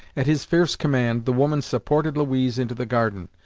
at his fierce command, the woman supported louise into the garden,